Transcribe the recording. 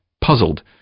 Puzzled